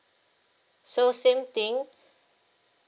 so same thing